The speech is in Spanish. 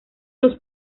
los